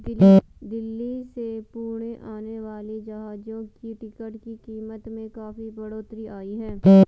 दिल्ली से पुणे आने वाली जहाजों की टिकट की कीमत में काफी बढ़ोतरी आई है